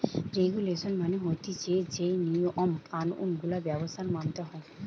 regulation মানে হতিছে যেই নিয়ম কানুন গুলা ব্যবসায় মানতে হয়